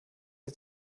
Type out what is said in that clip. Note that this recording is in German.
ihr